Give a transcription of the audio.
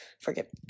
forget